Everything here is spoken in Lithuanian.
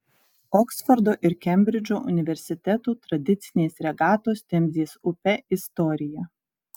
oksfordo ir kembridžo universitetų tradicinės regatos temzės upe istorija